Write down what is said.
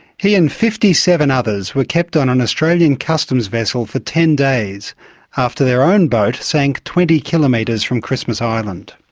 he and fifty seven others were kept on an australian customs vessel for ten days after their own boat sank twenty kilometres from christmas island.